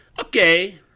okay